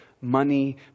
money